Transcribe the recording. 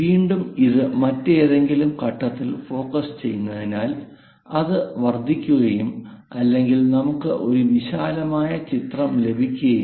വീണ്ടും ഇത് മറ്റേതെങ്കിലും ഘട്ടത്തിൽ ഫോക്കസ് ചെയ്യുന്നതിനാൽ അത് വർദ്ധിക്കുകയും അല്ലെങ്കിൽ നമുക്ക് ഒരു വിശാലമായ ചിത്രം ലഭിക്കും